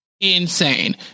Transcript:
insane